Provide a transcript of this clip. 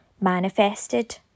manifested